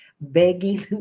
begging